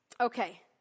Okay